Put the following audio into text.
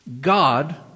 God